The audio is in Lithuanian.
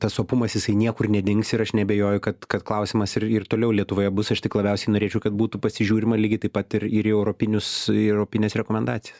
tas opumas jisai niekur nedings ir aš neabejoju kad kad klausimas ir ir toliau lietuvoje bus aš tik labiausiai norėčiau kad būtų pasižiūrima lygiai taip pat ir ir į europinius į europines rekomendacijas